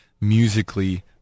Musically